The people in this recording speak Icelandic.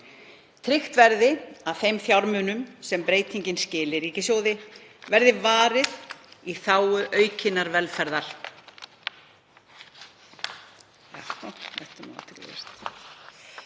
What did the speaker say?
Tryggt verði að þeim fjármunum sem breytingin skilar ríkissjóði verði varið í þágu aukinnar velferðar.“